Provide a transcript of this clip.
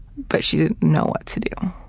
but she didn't know what to do.